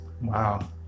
wow